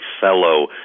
fellow